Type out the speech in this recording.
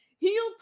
Heel